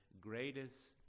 greatest